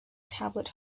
tablet